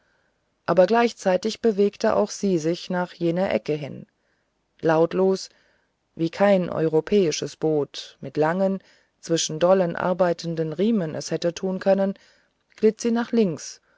aber gleichzeitig bewegte auch sie sich nach jener ecke hin lautlos wie kein europäisches boot mit langen zwischen dollen arbeitenden riemen es hätte tun können glitt sie nach links